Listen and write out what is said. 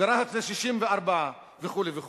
ברהט זה 64%, וכו' וכו'.